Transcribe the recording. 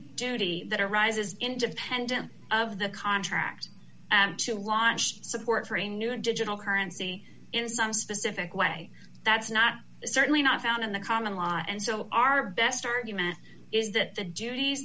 duty that arises independent of the contract to wash support for a new and digital currency in some specific way that's not certainly not found in the common law and so our best argument is that the j